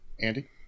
Andy